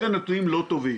ואלה נתונים לא טובים.